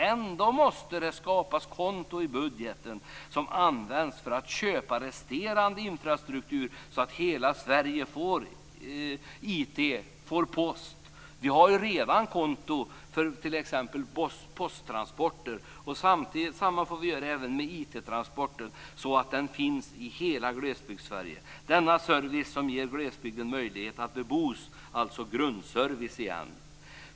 Ändå måste det skapas ett konto i budgeten som används för att köpa resterande infrastruktur, så att hela Sverige får IT-post. Vi har ju redan konto för t.ex. posttransporter. Detsamma får vi göra med IT-transporter, så att de finns i hela Glesbygdssverige. Denna service ger glesbygden möjlighet att bebos. Det handlar alltså åter om grundservice.